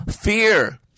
Fear